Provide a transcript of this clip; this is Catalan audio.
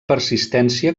persistència